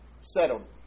settled